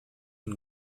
une